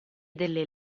delle